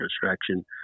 distraction